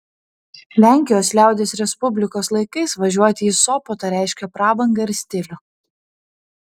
lenkijos liaudies respublikos laikais važiuoti į sopotą reiškė prabangą ir stilių